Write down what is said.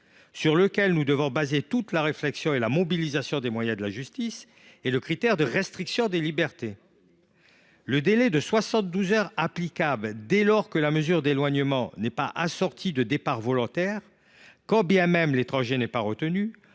sur lequel nous devons fonder toute notre réflexion et mobiliser les moyens de la justice est celui de la restriction des libertés. Le délai de soixante douze heures applicable dès lors que la mesure d’éloignement n’est pas assortie d’un départ volontaire, quand bien même l’étranger ne serait pas retenu,